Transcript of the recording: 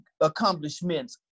accomplishments